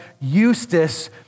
Eustace